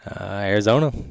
Arizona